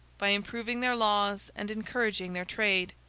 by improving their laws and encouraging their trade.